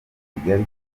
kigali